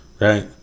right